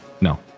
no